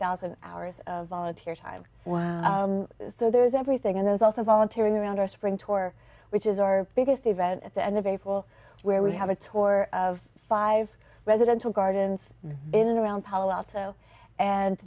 thousand hours of volunteer time so there's everything and there's also volunteering around our spring tour which is our biggest event at the end of april where we have a tour of five residential gardens in and around palo alto and